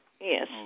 Yes